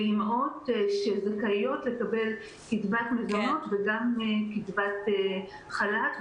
לאימהות שזכאיות לקבל קצבת מזונות וגם קצבת חל"ת,